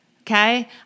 okay